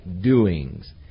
doings